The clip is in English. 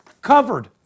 covered